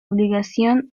obligación